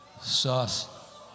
Sauce